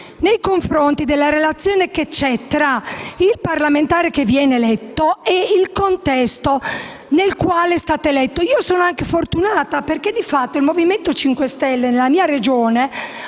quanto alla relazione che c'è tra il parlamentare che è stato eletto e il contesto nel quale è stato eletto. Io sono fortunata, perché di fatto il Movimento 5 Stelle nella mia Regione